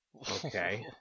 Okay